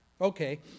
Okay